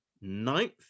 ninth